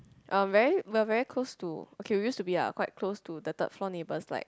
um very we are very close to okay we used to be lah quite close to the third floor neighbours like